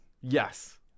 Yes